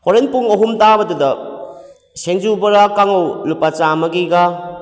ꯍꯣꯔꯦꯟ ꯄꯨꯡ ꯑꯍꯨꯝ ꯇꯥꯕꯗꯨꯗ ꯁꯤꯡꯖꯨ ꯕꯣꯔꯥ ꯀꯥꯡꯉꯧ ꯂꯨꯄꯥ ꯆꯥꯃꯒꯤꯒ